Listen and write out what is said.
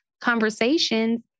conversations